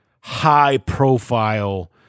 high-profile